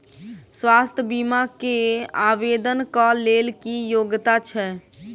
स्वास्थ्य बीमा केँ आवेदन कऽ लेल की योग्यता छै?